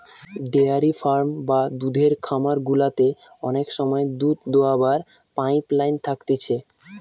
dairy farm বা দুধের খামার গুলাতে অনেক সময় দুধ দোহাবার পাইপ লাইন থাকতিছে